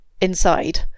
inside